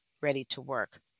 ready-to-work